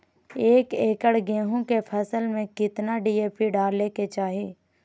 एक एकड़ गेहूं के फसल में कितना डी.ए.पी डाले के चाहि?